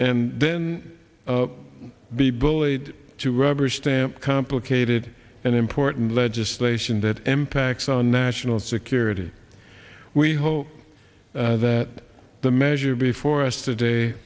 and then be bullied to rubber stamp complicated and important legislation that impacts on national security we hope that the measure before us today